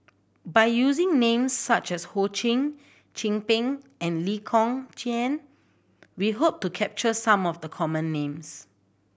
by using names such as Ho Ching Chin Peng and Lee Kong Chian we hope to capture some of the common names